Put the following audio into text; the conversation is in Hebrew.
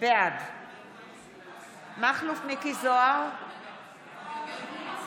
האכיפה הובילה לתהליך פלילי או של הקפאת העבודה ל-15 יום באתר הבנייה,